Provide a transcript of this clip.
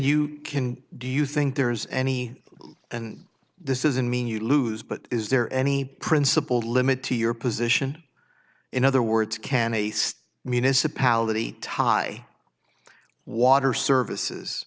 you can do you think there is any and this is a mean you lose but is there any principled limit to your position in other words can east municipality tie water services